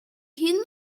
hin